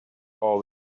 all